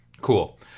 Cool